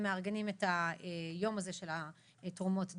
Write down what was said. הם מארגנים את יום תרומות הדם,